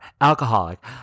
alcoholic